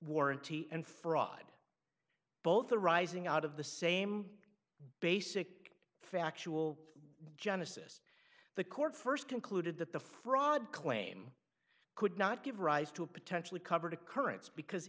warranty and fraud both arising out of the same basic factual genesis the court first concluded that the fraud claim could not give rise to a potentially covered occurrence because